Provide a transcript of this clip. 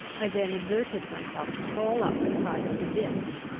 i then exerted myself to crawl up the side of the ditch.